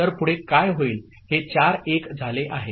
तर पुढे काय होईल हे चार 1s झाले आहे